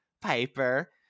Piper